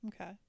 Okay